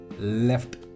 left